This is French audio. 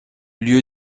lieu